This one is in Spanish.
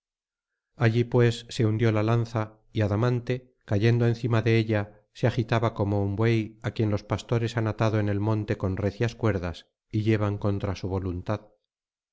allí pues se hundió la lanza y adamante cayendo encima de ella se agitaba como un buey á quien los pastores han atado en el monte con recias cuerdas y llevan contra su voluntad